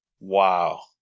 Wow